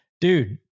Dude